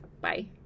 Bye